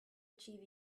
achieve